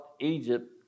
Egypt